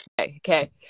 Okay